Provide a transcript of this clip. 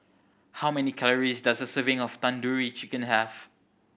how many calories does a serving of Tandoori Chicken have